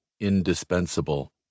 indispensable